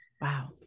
Wow